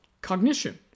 cognition